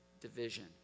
division